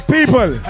People